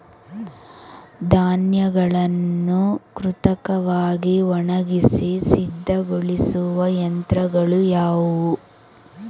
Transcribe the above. ಧಾನ್ಯಗಳನ್ನು ಕೃತಕವಾಗಿ ಒಣಗಿಸಿ ಸಿದ್ದಗೊಳಿಸುವ ಯಂತ್ರಗಳು ಯಾವುವು?